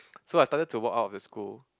so I started to walk out of the school